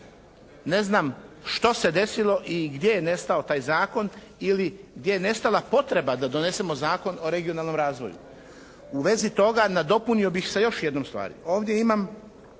Ne znam što se desilo i gdje je nestao taj zakon ili gdje je nestala potreba da donesemo Zakon o regionalnom razvoju. U vezi toga nadopunio bih sa još jednom stvari. Ovdje imam